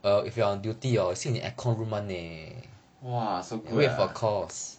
!wah! so good ah